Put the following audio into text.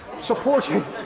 supporting